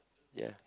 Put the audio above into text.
ya